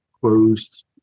closed